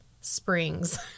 Springs